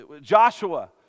Joshua